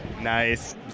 nice